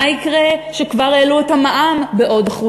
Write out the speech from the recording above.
מה יקרה כשכבר העלו את המע"מ בעוד 1%,